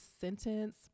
sentence